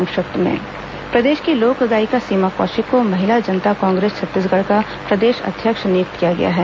संक्षिप्त समाचार प्रदेश की लोक गायिका सीमा कौशिक को महिला जनता कांग्रेस छत्तीसगढ़ का प्रदेश अध्यक्ष नियुक्त किया गया है